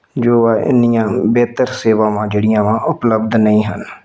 ਜੋ ਇੰਨੀਆਂ ਬਿਹਤਰ ਸੇਵਾਵਾਂ ਜਿਹੜਿਆਂ ਵਾ ਉਪਲਬਧ ਨਹੀਂ ਹਨ